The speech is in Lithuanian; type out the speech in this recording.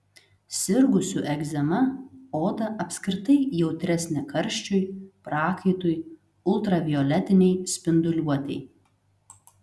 sirgusių egzema oda apskritai jautresnė karščiui prakaitui ultravioletinei spinduliuotei